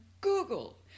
Google